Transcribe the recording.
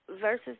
versus